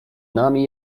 nami